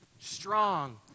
Strong